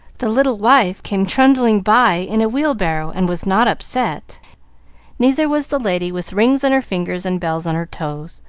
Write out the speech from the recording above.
the little wife came trundling by in a wheelbarrow and was not upset neither was the lady with rings on her fingers and bells on her toes,